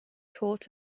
told